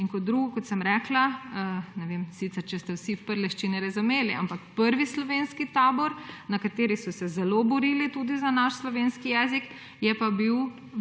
In kot drugo, kot sem rekla – ne vem sicer, če ste vsi v »prleščini« razumeli, ampak prvi slovenski tabor, na kateri so se zelo borili tudi za naš slovenski jezik, je pa bil